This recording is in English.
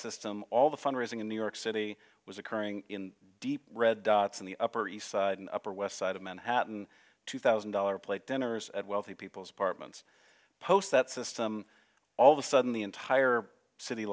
system all the fundraising in new york city was occurring in deep red dots on the upper east side an upper west side of manhattan two thousand dollars a plate dinners at wealthy people's apartments post that system all of a sudden the entire city